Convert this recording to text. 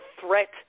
threat